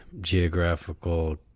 geographical